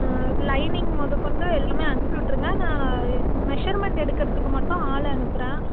lining மொதற் கொண்டு எல்லாமே அனுப்பி விட்ருங்க நான் மெஷர்மண்ட் எடுக்கிறதுக்கு மட்டும் ஆளை அனுப்புகிறேன்